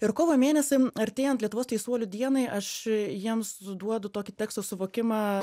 ir kovo mėnesį artėjant lietuvos teisuolių dienai aš jiems duodu tokį teksto suvokimą